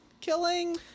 killing